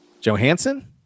johansson